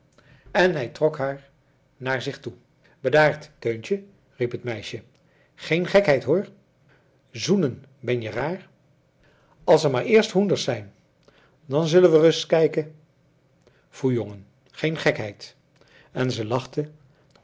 en hij trok haar naar zich toe bedaard teun tje riep het meisje geen gekheid hoor zoenen ben je raar als er maar eerst hoenders zijn dan zullen we reis kijken foei jongen geen gekheid en zij lachte